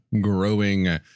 growing